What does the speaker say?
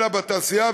אלא בתעשייה,